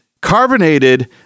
carbonated